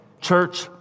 Church